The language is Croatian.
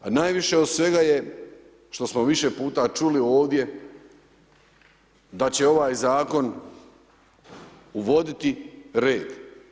A najviše od svega je što smo više puta čuli, ovdje, da će ovaj zakon uvoditi red.